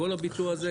כל הביצוע הזה,